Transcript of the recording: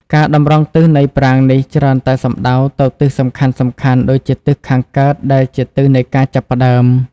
ការតម្រង់ទិសនៃប្រាង្គនេះច្រើនតែសំដៅទៅទិសសំខាន់ៗដូចជាទិសខាងកើត ដែលជាទិសនៃការចាប់ផ្ដើម។